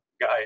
guy